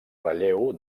relleu